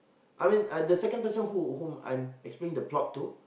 I mean I the second person who whom I'm explaining the plot to